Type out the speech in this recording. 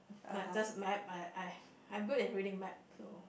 uh just map I I I'm good in reading map so